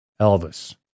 Elvis